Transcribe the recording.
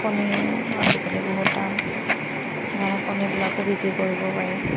কণীও আজিকালি বহুত দাম সেইকাৰণে কণীবিলাকো বিক্ৰী কৰিব পাৰি